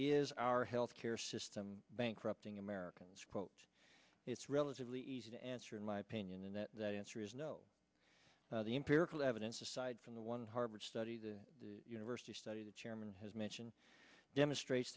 is our health care system bankrupting americans quote it's relatively easy to answer in my opinion that that answer is no the empirical evidence aside from the one harvard study the university study the chairman has mentioned demonstrates